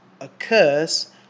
occurs